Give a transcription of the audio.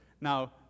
Now